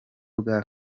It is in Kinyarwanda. bwa